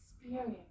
experience